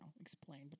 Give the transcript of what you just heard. explain